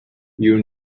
your